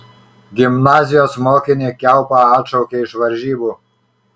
gimnazijos mokinį kiaupą atšaukė iš varžybų